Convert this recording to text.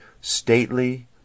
stately